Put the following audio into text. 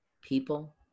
people